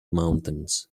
mountains